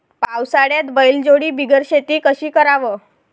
पावसाळ्यात बैलजोडी बिगर शेती कशी कराव?